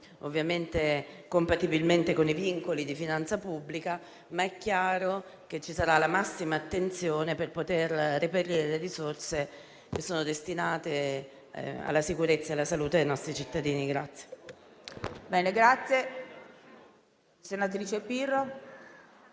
ovviamente compatibilmente con i vincoli di finanza pubblica, ma è chiaro che ci sarà la massima attenzione per poter reperire le risorse che sono destinate alla sicurezza e alla salute dei nostri cittadini.